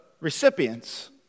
recipients